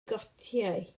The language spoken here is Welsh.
gotiau